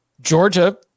Georgia